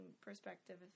perspective